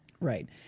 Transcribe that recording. Right